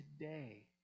today